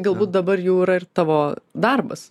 galbūt dabar jau yra ir tavo darbas